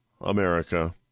America